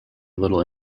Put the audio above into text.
little